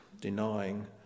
denying